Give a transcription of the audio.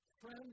Friend